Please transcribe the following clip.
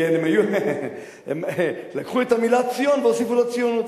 כן, הם לקחו את המלה "ציון" והוסיפו לה ציונות.